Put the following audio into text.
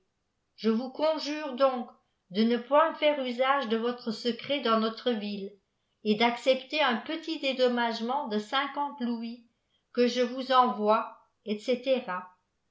je vous conjure donc de ne point faire usage de votre secret dans notre ville et d'accepter un petit dédùmmagemeftt de cinquante louis que je vous eâ voie etc